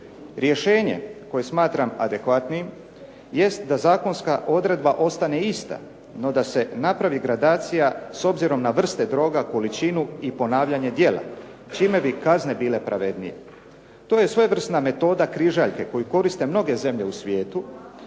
Rješenje koje smatram adekvatnim jest da zakonska odredba ostane ista no da se napravi gradacija s obzirom na vrste droga, količinu i ponavljanje djela, čime bi kazne bile pravednije. To je svojevrsna metoda križaljke koju koriste mnoge zemlje u svijetu